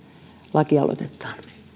lakialoitettaan